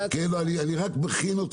כן, אני רק מכין אותך.